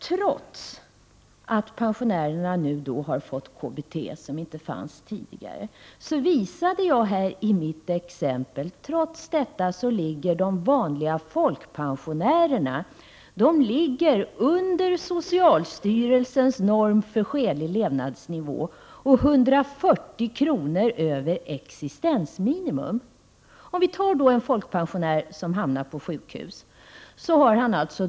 Trots att pensionärerna nu har fått KBT, som inte fanns tidigare, ligger de vanliga folkpensionärerna, som jag visade i mitt exempel, under socialstyrelsens norm för skälig levnadsnivå och 140 kr. över existensminimum. En folkpensionär som kommer in på sjukhus hamnar i följande situation.